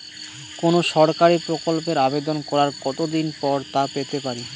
কোনো সরকারি প্রকল্পের আবেদন করার কত দিন পর তা পেতে পারি?